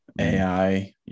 AI